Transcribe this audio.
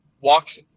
walks